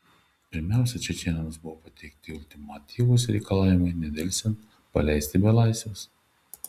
pirmiausia čečėnams buvo pateikti ultimatyvūs reikalavimai nedelsiant paleisti belaisvius